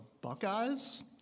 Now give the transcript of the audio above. Buckeyes